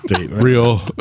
Real